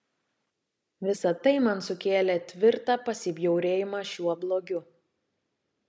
visa tai man sukėlė tvirtą pasibjaurėjimą šiuo blogiu